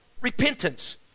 repentance